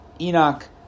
Enoch